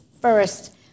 first